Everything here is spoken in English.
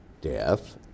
death